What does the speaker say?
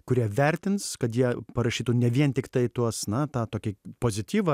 kurie vertins kad jie parašytų ne vien tiktai tuos na tą tokį pozityvą